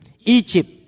Egypt